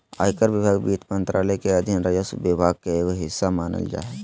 आयकर विभाग वित्त मंत्रालय के अधीन राजस्व विभाग के एक हिस्सा मानल जा हय